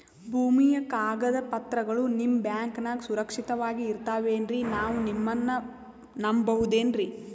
ಭೂಮಿಯ ಕಾಗದ ಪತ್ರಗಳು ನಿಮ್ಮ ಬ್ಯಾಂಕನಾಗ ಸುರಕ್ಷಿತವಾಗಿ ಇರತಾವೇನ್ರಿ ನಾವು ನಿಮ್ಮನ್ನ ನಮ್ ಬಬಹುದೇನ್ರಿ?